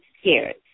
scared